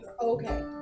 Okay